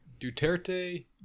Duterte